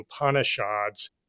Upanishads